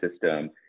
system